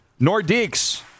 Nordiques